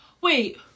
Wait